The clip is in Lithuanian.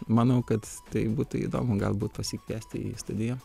manau kad tai būtų įdomu galbūt pasikviesti į studiją